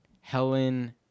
Helen